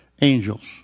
Angels